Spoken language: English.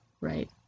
right